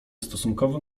stosunkowo